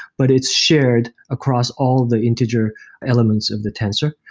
but it's shared across all the integer elements of the tensor.